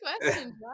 question